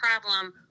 problem